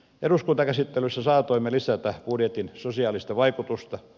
eduskuntakäsittelyssä saatoimme lisätä budjetin sosiaalista vaikutusta